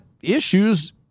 issues